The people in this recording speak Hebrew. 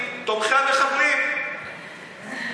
יש פה הרבה שאלות, אני